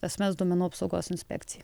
asmens duomenų apsaugos inspekcija